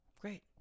Great